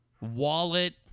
wallet